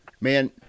Man